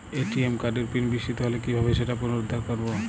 ATM কার্ডের pin বিস্মৃত হলে কীভাবে সেটা পুনরূদ্ধার করব?